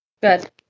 Good